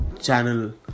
channel